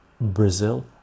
Brazil